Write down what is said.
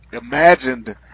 imagined